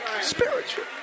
Spiritual